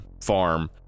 farm